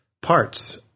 parts